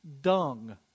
dung